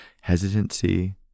hesitancy